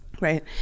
Right